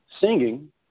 singing